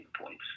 points